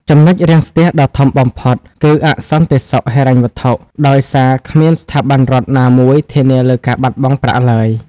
ចំណុចរាំងស្ទះដ៏ធំបំផុតគឺ "អសន្តិសុខហិរញ្ញវត្ថុ" ដោយសារគ្មានស្ថាប័នរដ្ឋណាមួយធានាលើការបាត់បង់ប្រាក់ឡើយ។